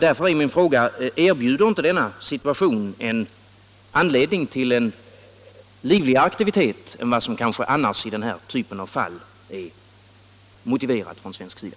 Därför är min fråga: Erbjuder inte denna situation en anledning till livligare aktivitet än vad som kanske annars i den här typen av fall är motiverat från svensk sida?